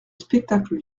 spectacle